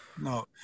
No